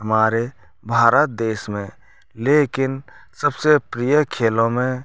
हमारे भारत देश में लेकिन सबसे प्रिय खेलों में